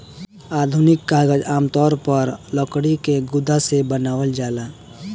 आधुनिक कागज आमतौर पर लकड़ी के गुदा से बनावल जाला